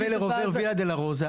הרב ולר אומר ויה דולורוזה.